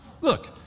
Look